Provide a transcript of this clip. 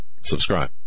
subscribe